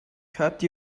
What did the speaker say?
coat